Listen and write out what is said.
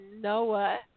Noah